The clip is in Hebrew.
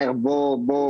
אותה,